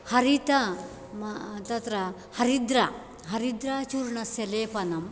हरित तत्र हरिद्रा हरिद्राचूर्णस्य लेपनं